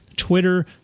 Twitter